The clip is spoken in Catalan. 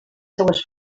seues